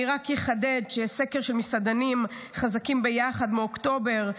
אני רק אחדד שיש סקר של "מסעדנים חזקים ביחד" מאוקטובר,